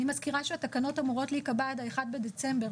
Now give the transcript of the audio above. אני מזכירה שהתקנות אמורות להיקבע עד ה-1 בדצמבר.